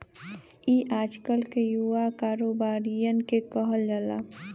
ई आजकल के युवा कारोबारिअन के कहल जाला